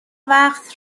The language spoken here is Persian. وقت